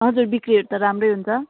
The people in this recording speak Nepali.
हजुर बिक्रीहरू त राम्रै हुन्छ